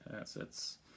assets